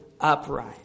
upright